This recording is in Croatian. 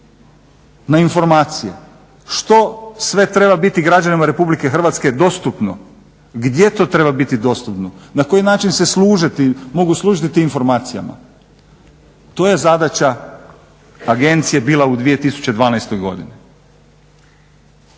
na informacije, što sve treba biti građanima RH dostupno, gdje to treba biti dostupno, na koji način se služe, mogu služiti tim informacijama. To je zadaća agencije bila u 2012.godini.